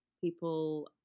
people